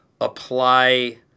apply